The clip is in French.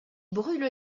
brûle